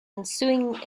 ensuing